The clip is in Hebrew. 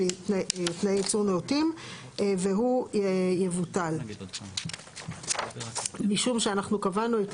תנאי ייצור נאותים והוא יבוטל משום שאנחנו קבענו את